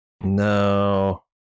no